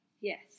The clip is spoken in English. yes